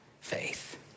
faith